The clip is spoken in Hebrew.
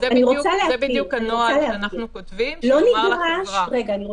בדיוק הנוהל שאנחנו כותבים --- גם המידע